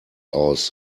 aus